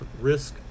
risk